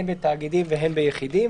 הן בתאגידים והן ביחידים,